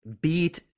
beat